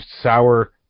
sour